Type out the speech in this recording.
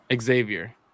Xavier